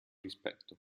rispetto